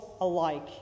alike